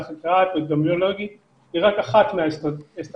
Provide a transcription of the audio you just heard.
והחקירה האפידמיולוגית היא רק אחת מאסטרטגיות